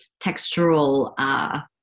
textural